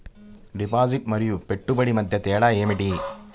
Deposit మరియు పెట్టుబడి మధ్య తేడా ఏమిటి?